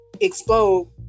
explode